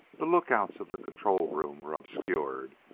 the lookouts of the control room were obscured,